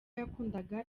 yakundaga